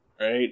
right